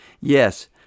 Yes